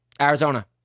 arizona